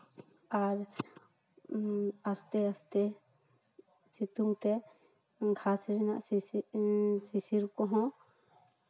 ᱟᱨ ᱟᱥᱛᱮ ᱟᱥᱛᱮ ᱥᱤᱛᱩᱝ ᱛᱮ ᱜᱷᱟᱥ ᱨᱮᱱᱟᱜ ᱥᱤᱥᱤᱨ ᱥᱤᱥᱤᱨ ᱠᱚᱦᱚᱸ